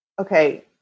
Okay